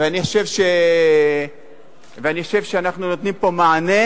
ואני חושב שאנחנו נותנים פה מענה